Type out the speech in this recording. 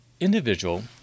individual